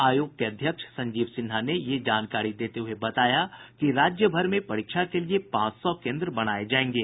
आयोग के अध्यक्ष संजीव सिन्हा ने यह जानकारी देते हुये बताया कि राज्यभर में परीक्षा के लिए पांच सौ केन्द्र बनाये जायेंगे